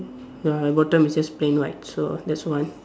ya bottom is just plain white so that's one